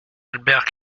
albert